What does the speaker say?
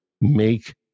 make